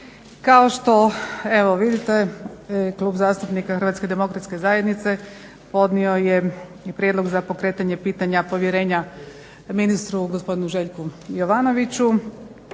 Kao što evo vidite Klub zastupnika HDZ-a podnio je Prijedlog za pokretanje pitanja povjerenja ministru gospodinu Željku Jovanoviću.